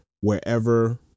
wherever